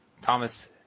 Thomas